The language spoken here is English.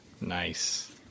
Nice